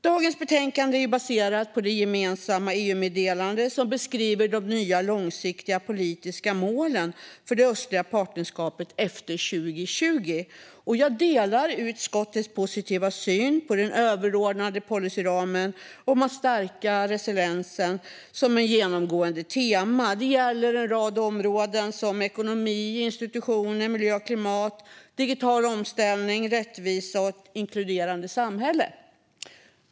Dagens utlåtande är baserat på det gemensamma EU-meddelande som beskriver de nya långsiktiga politiska målen för det östliga partnerskapet efter 2020. Jag delar utskottets positiva syn på den överordnade policyramen om att stärka resiliensen som ett genomgående tema. Det gäller en rad områden, som ekonomi, institutioner, miljö och klimat, digital omställning, rättvisa och ett inkluderande samhälle.